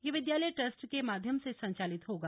यह विद्यालय ट्रस्ट के माध्यम से संचालित होगा